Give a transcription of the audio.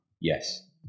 Yes